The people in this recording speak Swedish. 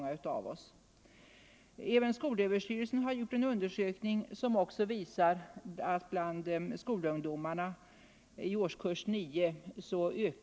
Alkoholoch Även skolöverstyrelsen har gjort en undersökning som visar att nar — narkotikamissbrukotikamissbruket ökar bland skolungdomarna i årskurs 9.